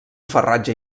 farratge